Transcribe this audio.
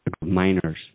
miners